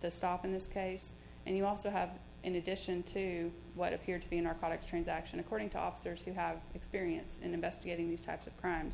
the stop in this case and you also have in addition to what appeared to be a narcotic transaction according to officers who have experience in investigating these types of crimes